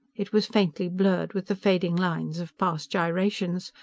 it was faintly blurred with the fading lines of past gyrations,